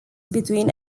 between